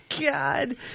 God